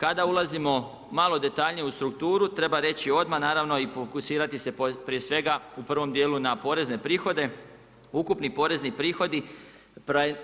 Kada ulazimo malo detaljnije u strukturu treba reći odmah i fokusirati prije svega u prvom dijelu na porezne prihode, ukupni porezni prihodi